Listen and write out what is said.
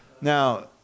Now